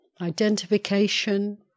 identification